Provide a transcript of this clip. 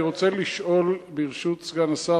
ברשות סגן השר,